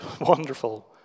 wonderful